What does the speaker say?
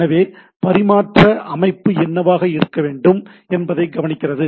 எனவே பரிமாற்ற அமைப்பு என்னவாக இருக்க வேண்டும் என்பதை கவனிக்கிறது